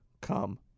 come